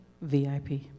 VIP